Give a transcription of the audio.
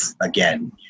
again